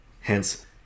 Hence